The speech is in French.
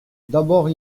d’abord